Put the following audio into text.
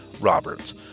Roberts